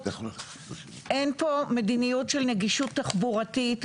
אין מדיניות של נגישות תחבורתית,